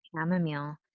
chamomile